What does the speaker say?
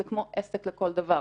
זה כמו עסק לכל דבר.